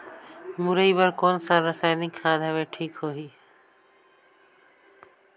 मुरई बार कोन सा रसायनिक खाद हवे ठीक होही?